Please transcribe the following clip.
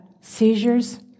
seizures